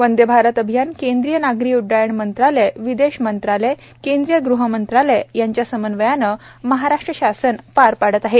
वंदेभारत अभियान केंद्रीय नागरी उड्डाण मंत्रालय विदेश मंत्रालय केंद्रीय गृह मंत्रालय यांच्या समन्वयाने महाराष्ट्र शासन पार पाडत आहे